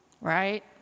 Right